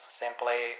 simply